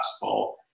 possible